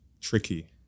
Tricky